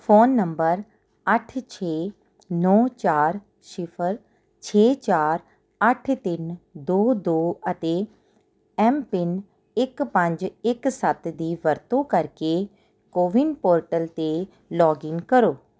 phone number ਅੱਠ ਛੇ ਨੌਂ ਚਾਰ ਸਿਫ਼ਰ ਛੇ ਚਾਰ ਅੱਠ ਤਿੰਨ ਦੋ ਦੋ ਅਤੇ ਐੱਮਪਿੰਨ ਇੱਕ ਪੰਜ ਇੱਕ ਸੱਤ ਦੀ ਵਰਤੋਂ ਕਰਕੇ ਕੋਵਿਨ ਪੋਰਟਲ 'ਤੇ ਲੌਗਇਨ ਕਰੋ